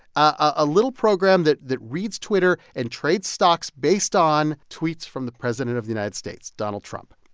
a little program that that reads twitter and trades stocks based on tweets from the president of the united states, donald trump.